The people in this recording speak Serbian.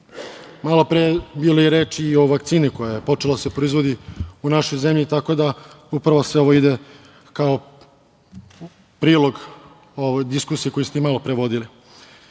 je bilo reči i o vakcini koja je počela da se proizvodi u našoj zemlji, tako da upravo sve ovo ide kao prilog ovoj diskusiji koju ste malopre vodili. Svake